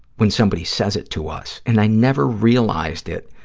when somebody says it to us, and i never realized it